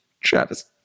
Travis